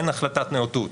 אין החלטת נאותות,